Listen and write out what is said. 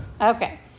Okay